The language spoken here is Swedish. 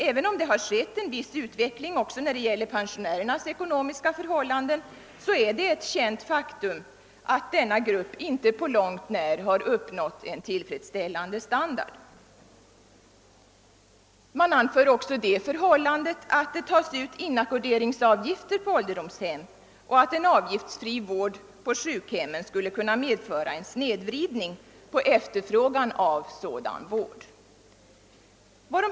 Även om det skett en viss utveckling också beträffande pensionärernas ekonomiska förhållanden, är det ett känt faktum att denna grupp inte på långt när uppnått en tillfredsställande standard. I utredningen anförs också det förhållandet, att inackorderingsavgifter tas ut på åldersdomshemmen och att en avgiftsfri vård på sjukhemmen för långvarigt sjuka skulle kunna medföra en snedvridning av efterfrågan på sådan vård.